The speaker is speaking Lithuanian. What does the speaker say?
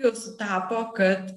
jau sutapo kad